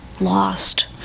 lost